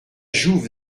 jouve